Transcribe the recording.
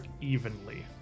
evenly